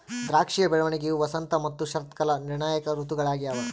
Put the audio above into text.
ದ್ರಾಕ್ಷಿಯ ಬೆಳವಣಿಗೆಯು ವಸಂತ ಮತ್ತು ಶರತ್ಕಾಲ ನಿರ್ಣಾಯಕ ಋತುಗಳಾಗ್ಯವ